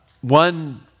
One